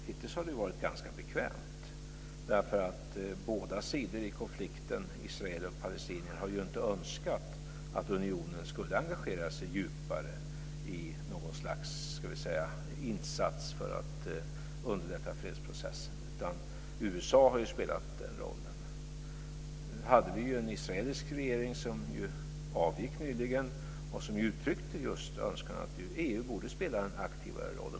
Hittills har det varit ganska bekvämt. Båda sidor i konflikten, israeler och palestinier, har ju inte önskat att unionen skulle engagera sig djupare i något slags insats för att underlätta fredsprocessen. USA har spelat den rollen. Nu hade vi en israelisk regering som avgick nyligen och som uttryckte önskan att EU borde spela en aktivare roll.